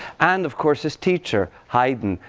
and of course, his teacher, haydn,